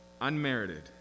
Unmerited